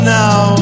now